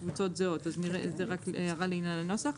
הקבוצות זהות, זוהי הערה לעניין הנוסח.